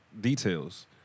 details